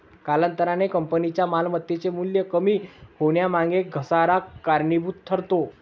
कालांतराने कंपनीच्या मालमत्तेचे मूल्य कमी होण्यामागे घसारा कारणीभूत ठरतो